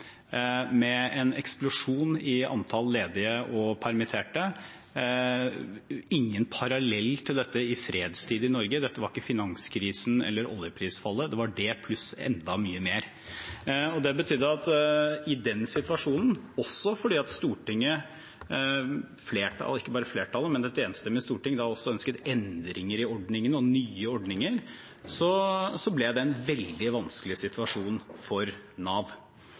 med en eksplosjon i antall ledige og permitterte. Det er ingen parallell til dette i fredstid i Norge. Dette var ikke finanskrisen eller oljeprisfallet – det var det pluss enda mye mer. Det betydde at det ble en veldig vanskelig situasjon for Nav, også fordi Stortinget, ikke bare flertallet, men et enstemmig storting, ønsket endringer i ordningene og nye ordninger. Der jeg synes det